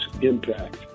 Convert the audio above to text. impact